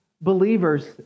believers